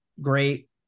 great